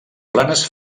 planes